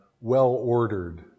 well-ordered